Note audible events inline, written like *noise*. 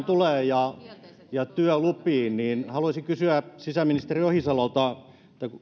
*unintelligible* tulee turvapaikkapolitiikkaan ja työlupiin niin haluaisin kysyä sisäministeri ohisalolta